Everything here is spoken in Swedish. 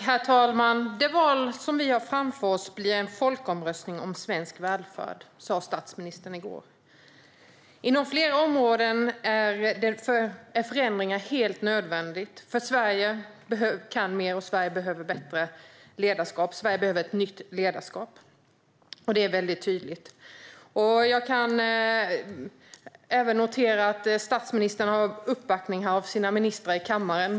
Herr talman! Det val som vi har framför oss blir en folkomröstning om svensk välfärd, sa statsministern i går. Inom flera områden är förändringar helt nödvändiga. Sverige kan mer, och Sverige behöver ett bättre ledarskap. Sverige behöver ett nytt ledarskap; det är tydligt. Jag noterar att statsministern har uppbackning av sina ministrar här i kammaren.